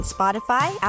Spotify